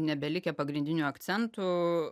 nebelikę pagrindinių akcentų